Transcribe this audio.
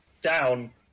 down